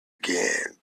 again